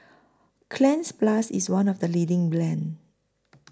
Cleanz Plus IS one of The leading brands